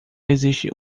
existe